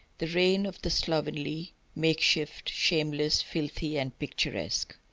the reign of the slovenly makeshift, shameless, filthy, and picturesque.